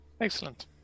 Excellent